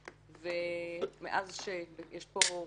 ומאז שיש פה,